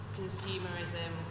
consumerism